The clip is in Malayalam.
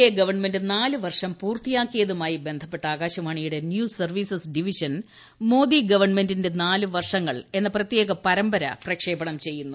എ ഗവൺമെന്റ് നാല് വർഷം പൂർത്തിയാക്കിയതുമായി ബന്ധപ്പെട്ട് ആകാശവാണിയുടെ ന്യൂസ് സർവ്വീസ് ഡിവിഷൻ മോദി ഗവൺമെന്റിന്റ നാല് വർഷങ്ങൾ എന്ന പ്രത്യേക പരമ്പര പ്രക്ഷേപണം ചെയ്യുന്നു